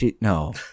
No